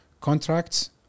contracts